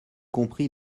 compris